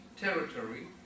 territory